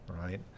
right